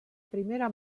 primera